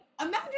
imagine